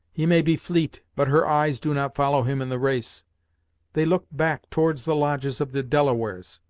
he may be fleet, but her eyes do not follow him in the race they look back towards the lodges of the delawares.